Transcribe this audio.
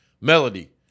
Melody